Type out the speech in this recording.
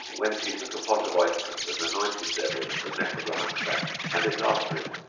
whence he took a pot of ointment and anointed therewith the neck of the hunchback and its arteries.